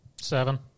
Seven